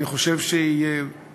אני חושב שמה